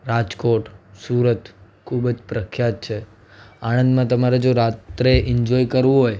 રાજકોટ સુરત ખૂબ જ પ્રખ્યાત છે આણંદમાં તમારે જો રાત્રે ઈન્જોય કરવું હોય